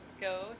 go